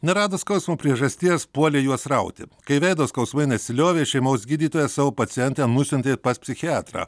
neradus skausmo priežasties puolė juos rauti kai veido skausmai nesiliovė šeimos gydytojas savo pacientę nusiuntė pas psichiatrą